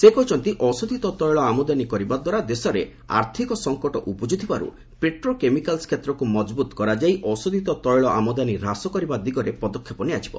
ସେ କହିଛନ୍ତି ଅଶୋଧିତ ତେିଳ ଆମଦାନୀ କରିବା ଦ୍ୱାରା ଦେଶରେ ଆର୍ଥିକ ସଂକଟ ଉପୁଜୁଥିବାରୁ ପେଟ୍ରୋ କେମିକାଲ୍ୱ କ୍ଷେତ୍ରକୁ ମଜବୁତ କରାଯାଇ ଅଶୋଧିତ ତୈଳ ଆମଦାନୀ ହ୍ରାସ କରିବା ଦିଗରେ ପଦକ୍ଷେପ ନିଆଯିବ